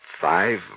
five